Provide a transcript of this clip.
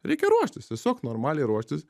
reikia ruoštis tiesiog normaliai ruoštis